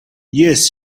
yes